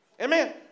Amen